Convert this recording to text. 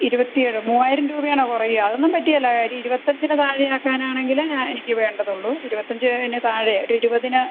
ഇരുപത്തിയേഴോ മൂവായിരം രൂപയാണോ കുറയുക അതൊന്നും പറ്റുകേല ഒരു ഇരുപത്തഞ്ചിന് താഴെ ആക്കാനാണെങ്കിലേ ഞാൻ എനിക്ക് വേണ്ടതുളളൂ ഇരുപത്തഞ്ചിന് താഴെ ഒരു ഇരുപതിന്